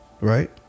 right